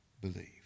believe